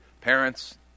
parents